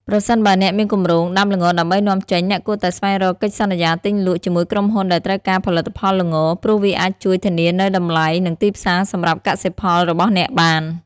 ប្រសិនបើអ្នកមានគម្រោងដាំល្ងដើម្បីនាំចេញ អ្នកគួរតែស្វែងរកកិច្ចសន្យាទិញលក់ ជាមួយក្រុមហ៊ុនដែលត្រូវការផលិតផលល្ង ព្រោះវាអាចជួយធានានូវតម្លៃ និងទីផ្សារសម្រាប់កសិផលរបស់អ្នកបាន។